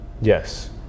Yes